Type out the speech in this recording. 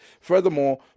Furthermore